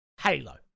Halo